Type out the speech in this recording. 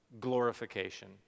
Glorification